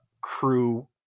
crew